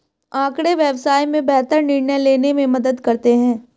आँकड़े व्यवसाय में बेहतर निर्णय लेने में मदद करते हैं